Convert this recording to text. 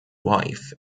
wife